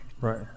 Right